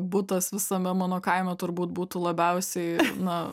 butas visame mano kaime turbūt būtų labiausiai na